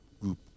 group